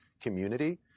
community